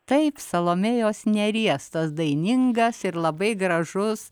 taip salomėjos nėries tas dainingas ir labai gražus